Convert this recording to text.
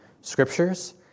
scriptures